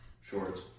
Shorts